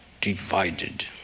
divided